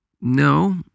No